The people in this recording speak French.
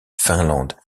finlande